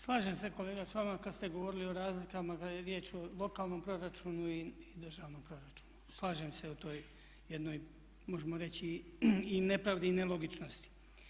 Slažem se kolega s vama kada ste govorili o razlikama kada je riječ o lokalnom proračunu i državnom proračunu, slažem se u toj jednoj, možemo reći i nepravdi i nelogičnosti.